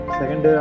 second